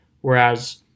whereas